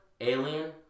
alien